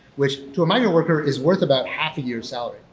which to a migrant worker is worth about half a year so